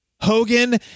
Hogan